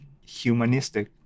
humanistic